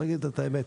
צריך להגיד את האמת.